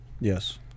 Yes